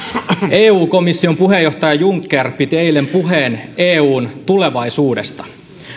eu komission puheenjohtaja juncker piti eilen puheen eun tulevaisuudesta